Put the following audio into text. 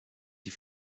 die